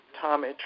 Tommy